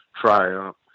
triumph